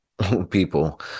People